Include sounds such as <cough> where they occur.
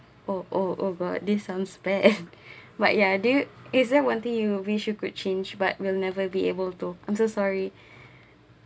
oh but I did some spare <laughs> <breath> but ya do you is there one thing you wish you could change but will never be able to I'm so sorry <breath>